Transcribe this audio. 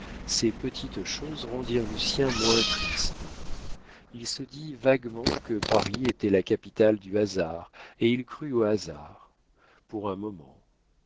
ces petites choses rendirent lucien moins triste il se dit vaguement que paris était la capitale du hasard et il crut au hasard pour un moment